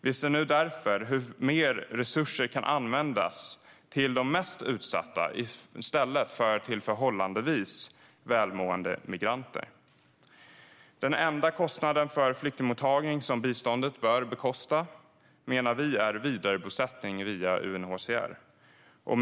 Vi ser nu därför hur mer resurser kan användas till de mest utsatta i stället för till förhållandevis välmående migranter. Den enda kostnaden för flyktingmottagning som biståndet bör bekosta menar vi är vidarebosättning via UNHCR.